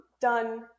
done